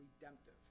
redemptive